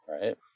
Right